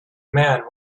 man